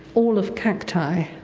all of cacti.